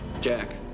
Jack